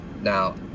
Now